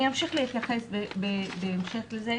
אני אמשיך להתייחס מאוחר יותר.